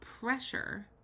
pressure